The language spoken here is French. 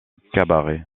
cabaret